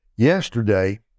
Yesterday